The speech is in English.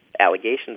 Allegations